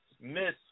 miss